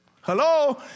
hello